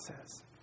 says